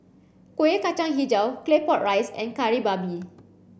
Kueh Kacang Hijau Claypot Rice and Kari Babi